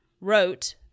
wrote